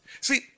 See